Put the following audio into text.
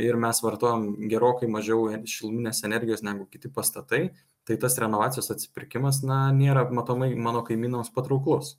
ir mes vartojam gerokai mažiau šiluminės energijos negu kiti pastatai tai tas renovacijos atsipirkimas na nėra matomai mano kaimynams patrauklus